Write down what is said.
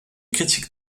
critiques